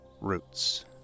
roots